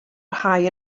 rhai